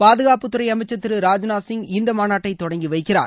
பாதுகாப்புத்துறை அமைச்சர் திரு ராஜ்நாத் சிங் இந்த மாநாட்டை தொடங்கி வைக்கிறார்